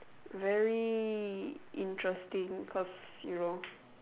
very interesting cause you know